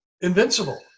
invincible